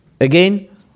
Again